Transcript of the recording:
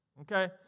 Okay